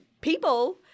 people